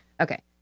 Okay